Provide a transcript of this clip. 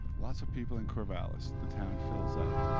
lots of people in corvallis, the town fills up,